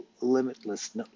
limitless